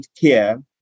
care